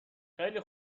خیلی